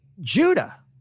Judah